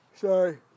sorry